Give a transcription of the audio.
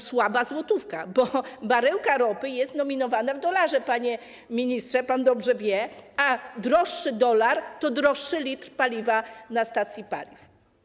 Słaba złotówka, bo baryłka ropy jest nominowana w dolarze, panie ministrze, pan dobrze wie, a droższy dolar to droższy litr paliwa na stacji paliw.